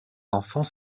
enfants